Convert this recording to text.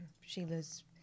Sheila's